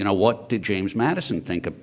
and what did james madison think of,